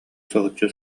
соһуччу